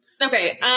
Okay